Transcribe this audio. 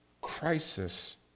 crisis